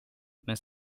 men